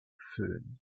föhn